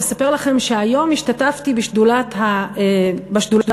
לספר לכם שהיום השתתפתי בשדולה החקלאית,